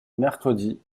mercredi